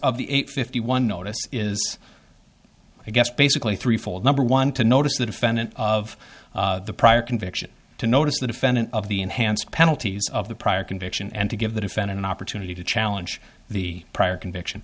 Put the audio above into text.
of the eight fifty one notice is i guess basically three fold number one to notice the defendant of the prior conviction to notice the defendant of the enhanced penalties of the prior conviction and to give the defendant an opportunity to challenge the prior conviction